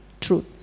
truth